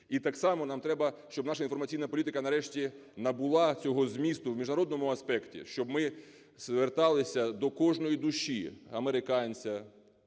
І так само нам треба, щоб наша інформаційна політика нарешті набула цього змісту в міжнародному аспекті, щоби ми зверталися до кожної душі, американця,